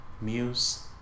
Muse